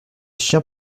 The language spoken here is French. chiens